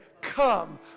come